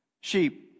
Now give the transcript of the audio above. sheep